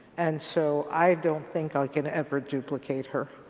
and so i don't think i can ever duplicate her.